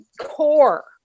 core